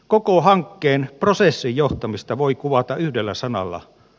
koko hankkeen prosessinjohtamista voi kuvata yhdellä sanalla